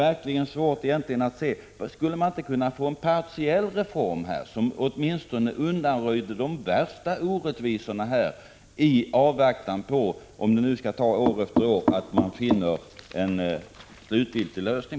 Skulle det inte, finansministern, kunna genomföras en partiell reform, som åtminstone undanröjde de värsta orättvisorna, om regeringen skall dröja år efter år innan den har funnit en slutgiltig lösning?